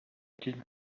didn’t